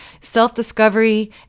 self-discovery